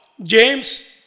James